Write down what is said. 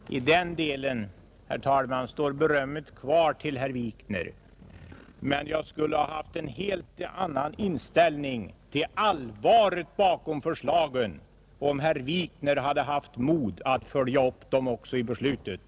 Herr talman! I den delen står berömmet kvar till herr Wikner. Men jag skulle ha haft en helt annan inställning till allvaret bakom förslagen, om herr Wikner haft mod att följa upp dem också i beslutet.